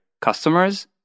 customers